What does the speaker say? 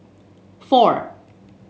four